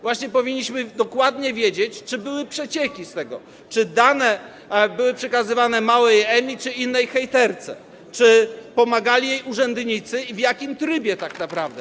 Właśnie powinniśmy dokładnie wiedzieć, czy były przecieki z tego, czy dane były przekazywane Małej Emi czy innej hejterce, czy pomagali jej urzędnicy i w jakim trybie tak naprawdę.